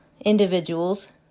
individual's